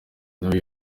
nawe